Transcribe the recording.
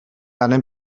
angen